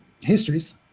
histories